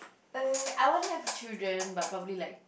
uh I want to have children but probably like